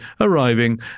arriving